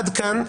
עד כאן.